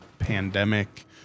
Pandemic